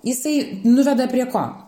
jisai nuveda prie ko